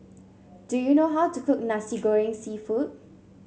do you know how to cook Nasi Goreng seafood